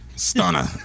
Stunner